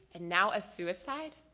and now a suicide.